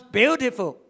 beautiful